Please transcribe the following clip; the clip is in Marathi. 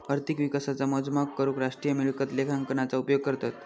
अर्थिक विकासाचा मोजमाप करूक राष्ट्रीय मिळकत लेखांकनाचा उपयोग करतत